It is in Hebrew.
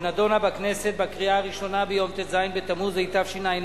שנדונה בכנסת בקריאה הראשונה ביום ט"ז בתמוז התשע"א,